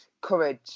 courage